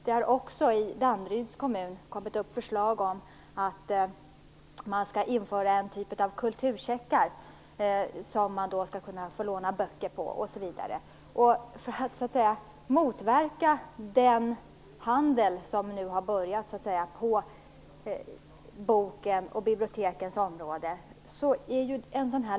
Det har också i Danderyds kommun kommit upp förslag om att införa något slags kulturcheckar som man skall kunna låna böcker på. En lagstiftning förhindrar en sådan handel på bokens och bibliotekens område.